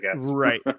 right